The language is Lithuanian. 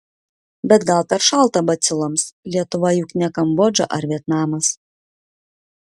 bet gal per šalta baciloms lietuva juk ne kambodža ar vietnamas